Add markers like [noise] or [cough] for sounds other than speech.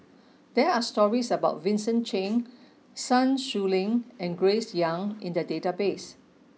[noise] there are stories about Vincent Cheng [noise] Sun Xueling and Grace Young in the database